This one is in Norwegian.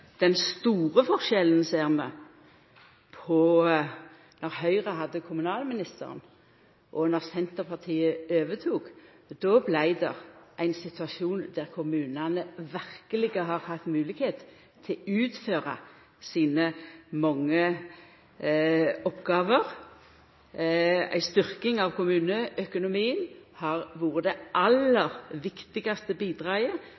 Den store forskjellen såg vi då Høgre hadde kommunalministeren og Senterpartiet så overtok. Då vart det ein situasjon der kommunane verkeleg hadde moglegheit til å utføra sine mange oppgåver. Ei styrking av kommuneøkonomien har vore det aller viktigaste bidraget